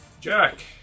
Jack